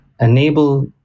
Enable